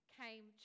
came